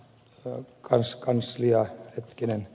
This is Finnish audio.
mun kans kanslio pitkin